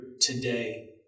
today